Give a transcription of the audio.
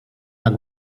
jak